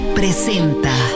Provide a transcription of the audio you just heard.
presenta